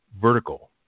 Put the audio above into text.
vertical